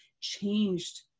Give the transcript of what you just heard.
changed